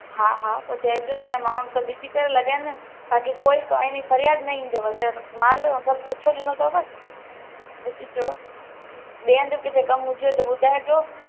हा हा पोइ चइजो असांजे माण्हू सभु ॾिसी करे लॻाइनि ताक़ी कोई काई फरियादि न ईंदव माल सभु सुठो विझंदो अथव ॾिसिजो ॿिए हंधि किथे बि कमु हुजे त ॿुधाइजो